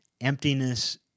emptiness